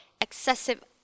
excessive